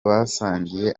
basangiye